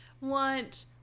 want